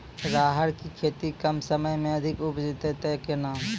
राहर की खेती कम समय मे अधिक उपजे तय केना?